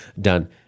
done